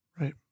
Right